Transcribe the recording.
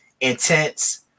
intense